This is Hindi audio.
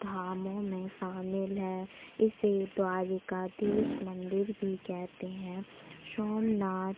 धामों में शामिल है इसे द्वारिकाधीस मंदिर भी कहते हैं सोमनाथ